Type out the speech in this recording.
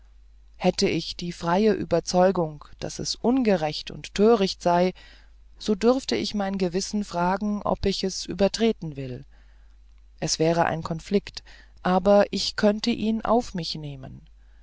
hätte ich die freie überzeugung daß es ungerecht und töricht sei so dürfte ich mein gewissen fragen ob ich es übertreten will es wäre ein konflikt aber ich könnte ihn auf mich nehmen